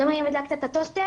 נגיד אם הדלקת את הטוסטר,